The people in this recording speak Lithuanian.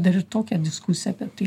dar ir tokią diskusiją apie tai